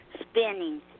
spinning